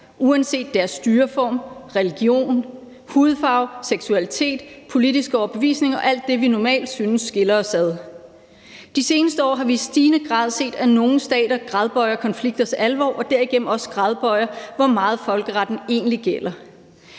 uanset deres styreform, religion, hudfarve, seksualitet, politiske overbevisning og alt det, vi normalt synes skiller os ad. De seneste år har vi i stigende grad set, at nogle stater gradbøjer konflikters alvor og derigennem også gradbøjer, hvor meget folkeretten egentlig gælder.